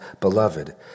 beloved